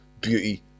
beauty